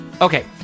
Okay